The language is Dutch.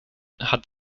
had